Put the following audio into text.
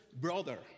brother